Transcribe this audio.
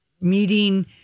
meeting